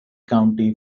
county